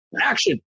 action